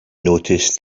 noticed